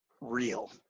real